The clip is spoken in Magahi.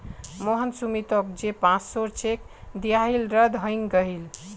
मोहन सुमीतोक जे पांच सौर चेक दियाहिल रद्द हंग गहील